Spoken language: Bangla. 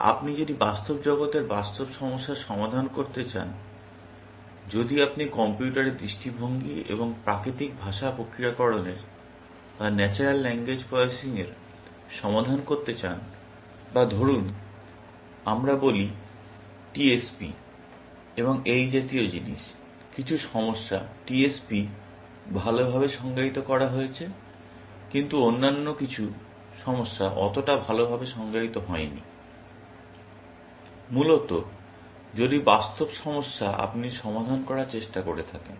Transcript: আপনি যদি বাস্তব জগতের বাস্তব সমস্যার সমাধান করতে চান যদি আপনি কম্পিউটারের দৃষ্টিভঙ্গি এবং প্রাকৃতিক ভাষা প্রক্রিয়াকরণের সমাধান করতে চান বা ধরুন আমরা বলি টিএসপি এবং এই জাতীয় জিনিস কিছু সমস্যা টিএসপি ভালভাবে সংজ্ঞায়িত করা হয়েছে কিন্তু অন্যান্য কিছু সমস্যা অতটা ভালভাবে সংজ্ঞায়িত হয়নি মূলত যদি বাস্তব সমস্যা আপনি সমাধান করার চেষ্টা করে থাকেন